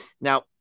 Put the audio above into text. Now